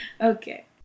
Okay